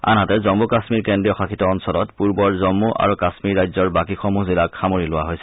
আনহাতে জম্ম কাম্মীৰ কেড্ৰীয়শাসিত অঞ্চলত পুৰ্বৰ জম্ম আৰু কাশ্মীৰ ৰাজ্যৰ বাকীসমূহ জিলাক সামৰি লোৱা হৈছে